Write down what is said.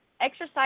exercise